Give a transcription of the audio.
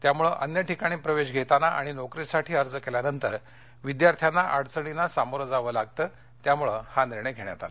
यामूळं अन्य ठिकाणी प्रवेश घेताना आणि नोकरीसाठी अर्ज केल्यानंतर विद्यार्थ्यांनाअडचणींना सामोरं जावं लागतं त्यामुळे हा निर्णय घेण्यात आला